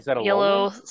yellow